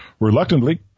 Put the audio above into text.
Reluctantly